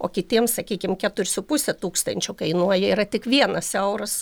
o kitiems sakykim keturi su puse tūkstančio kainuoja yra tik vienas euras